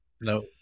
no